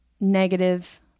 negative